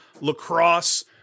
lacrosse